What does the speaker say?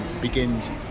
begins